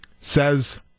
Says